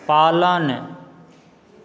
पालन